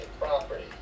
property